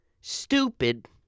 stupid